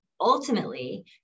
ultimately